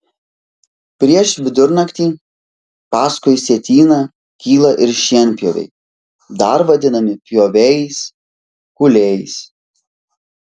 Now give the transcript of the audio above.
prieš vidurnaktį paskui sietyną kyla ir šienpjoviai dar vadinami pjovėjais kūlėjais